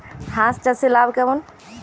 হাঁস চাষে লাভ কেমন?